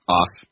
off